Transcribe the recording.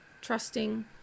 trusting